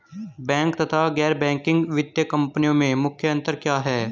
Bank तथा गैर banking वित्तीय कंपनियों में मुख्य अंतर क्या है?